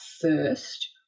first